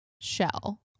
shell